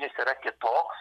jis yra kitoks